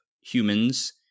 humans